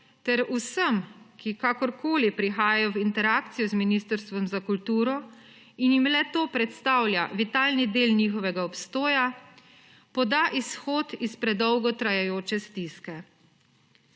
ter vsem, ki kakorkoli prihajajo v interakcijo z Ministrstvom za kulturo in jim le-to predstavlja vitalni del njihovega obstoja, poda izhod iz predolgo trajajoče stiske.